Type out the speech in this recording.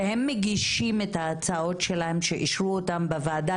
והם מגישים את ההצעות שלהם שאישרו אותם בוועדה,